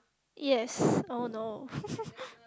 yes oh no